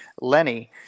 Lenny